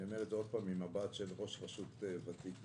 אני אומר את זה במבט של ראש רשות מקומית ותיק לשעבר,